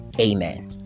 Amen